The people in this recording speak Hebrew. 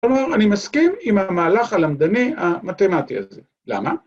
‫כלומר, אני מסכים עם המהלך ‫הלמדני המתמטי הזה. למה?